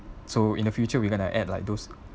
so in the future we gonna add like those